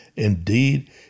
Indeed